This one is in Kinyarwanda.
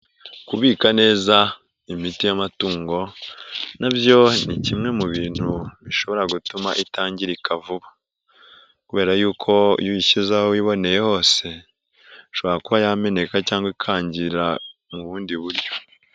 Kubika neza imiti y'amatungo nabyo ni kimwe mu bintu bishobora gutuma itangirika vuba kubera y'uko iyo uyishyize aho wiboneye hose ishobora kuba yameneka cyangwa ikangira mu bundi buryo.